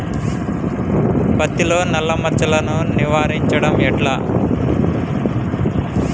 పత్తిలో నల్లా మచ్చలను నివారించడం ఎట్లా?